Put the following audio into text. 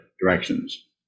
directions